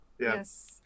Yes